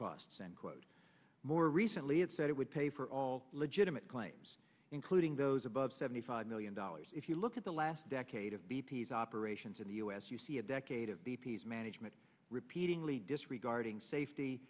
costs and quote more recently it said it would pay for all legitimate claims including those above seventy five million dollars if you look at the last decade of b p s operations in the u s you see a decade of b p s management repeating lee disregarding safety